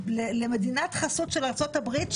למדינת חסות של ארצות הברית,